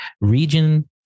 region